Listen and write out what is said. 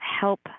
help